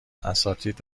اساتید